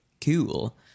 cool